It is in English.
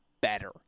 better